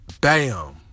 bam